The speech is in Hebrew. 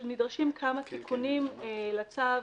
שנדרשים כמה תיקונים לצו,